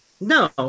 No